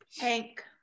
Hank